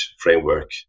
framework